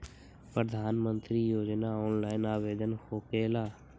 प्रधानमंत्री योजना ऑनलाइन आवेदन होकेला?